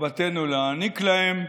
חובתנו להעניק להם,